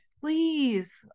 Please